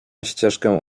ścieżkę